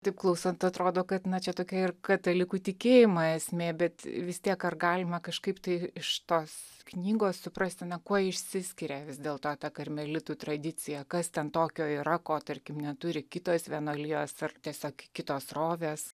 taip klausant atrodo kad čia tokia ir katalikų tikėjimo esmė bet vis tiek ar galima kažkaip tai iš tos knygos suprasti na kuo išsiskiria vis dėlto ta karmelitų tradicija kas ten tokio yra ko tarkim neturi kitos vienuolijos ar tiesiog kitos srovės